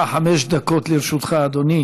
חמש דקות לרשותך, אדוני